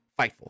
Fightful